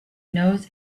knows